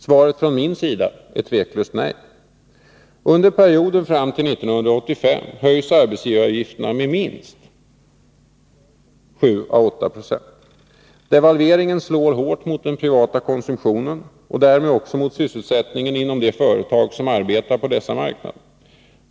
Svaret från min sida är tveklöst nej. Under perioden fram till 1985 höjs arbetsgivaravgifterna med minst 7 å 8970. Devalveringen slår hårt mot den privata konsumtionen och därmed också mot sysselsättningen inom de företag som arbetar på dessa marknader.